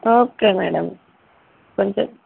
okay madam కొంచెం